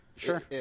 Sure